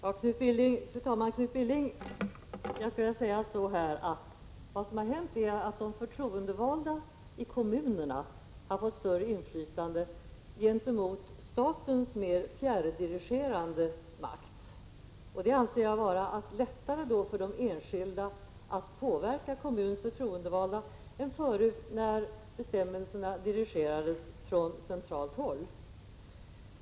Fru talman! Till Knut Billing vill jag säga att vad som har hänt är att de förtroendevalda i kommunerna kommer att få större inflytande gentemot statens mer fjärrdirigerande makt. Jag anser att det därmed är lättare för de enskilda att påverka kommunens förtroendevalda än förut, när bestämmelserna dirigerades från centralt håll.